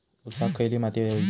ऊसाक खयली माती व्हयी?